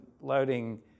loading